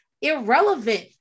irrelevant